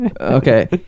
Okay